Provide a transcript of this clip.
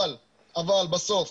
אבל בסוף